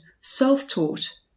self-taught